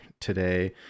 today